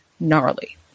gnarly